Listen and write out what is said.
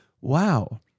Wow